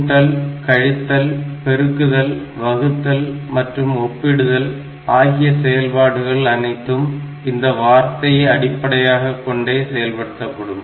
கூட்டல் கழித்தல் பெருக்குதல் வகுத்தல் மற்றும் ஒப்பிடுதல் ஆகிய செயல்பாடுகள் அனைத்தும் இந்த வார்த்தையை அடிப்படையாகக் கொண்டே செயல்படுத்தப்படும்